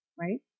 Right